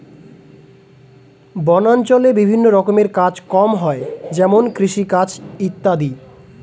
বনাঞ্চলে বিভিন্ন রকমের কাজ কম হয় যেমন কৃষিকাজ ইত্যাদি